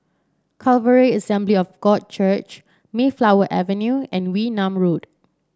Calvary Assembly of God Church Mayflower Avenue and Wee Nam Road